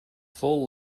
full